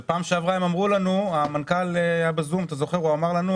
ובפעם שעברה המנכ"ל היה בזום ואמר שהוא